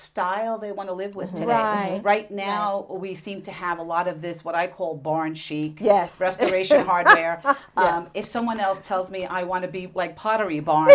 style they want to live with dry right now we seem to have a lot of this what i call born she yes restoration hardware but if someone else tells me i want to be like pottery barn